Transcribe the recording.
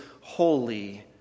holy